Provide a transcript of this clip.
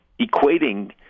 equating